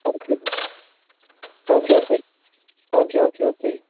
அதுக்கு okay okay okay okay okay